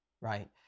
right